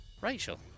Rachel